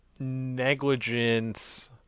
Negligence